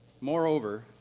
Moreover